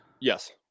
Yes